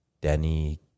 Danny